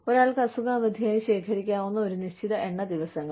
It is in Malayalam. ഒരാൾക്ക് അസുഖ അവധിയായി ശേഖരിക്കാവുന്ന ഒരു നിശ്ചിത എണ്ണം ദിവസങ്ങൾ